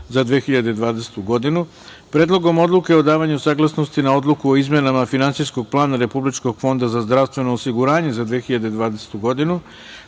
za 2020. godinu, Predlogom odluke o davanju saglasnosti na Odluku o izmenama Finansijskog plana Republičkog fonda za zdravstveno osiguranje za 2020. godinu,